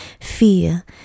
fear